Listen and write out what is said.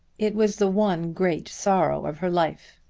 it was the one great sorrow of her life.